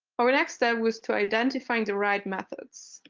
our next step was to identifying the right methods.